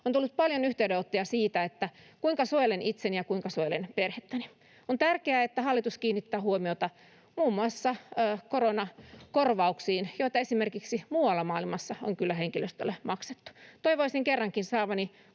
On tullut paljon yhteydenottoja, että kuinka suojelen itseäni ja kuinka suojelen perhettäni. On tärkeää, että hallitus kiinnittää huomiota muun muassa koronakorvauksiin, joita esimerkiksi muualla maailmassa on kyllä henkilöstölle maksettu. Toivoisin kerrankin saavani